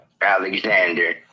Alexander